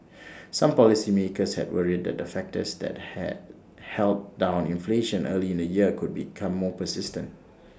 some policymakers had worried that the factors that had held down inflation early in the year could become more persistent